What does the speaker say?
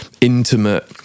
intimate